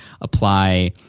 apply